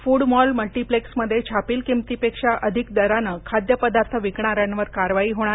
फ्रडमॉल मल्टिप्लेक्समध्ये छापील किंमतीपेक्षा अधिक दरानं खाद्य पदार्थ विकणाऱ्यांवर कारवाई होणार